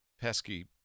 pesky